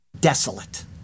desolate